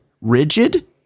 rigid